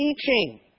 teaching